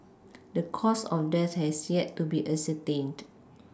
the cause of death has yet to be ascertained